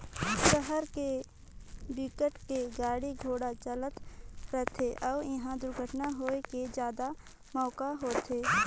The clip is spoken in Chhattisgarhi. सहर के बिकट के गाड़ी घोड़ा चलत रथे अउ इहा दुरघटना होए के जादा मउका होथे